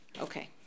Okay